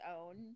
own